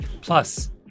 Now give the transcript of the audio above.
Plus